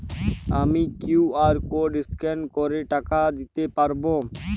আমি QR code scan করে টাকা দিতে পারবো?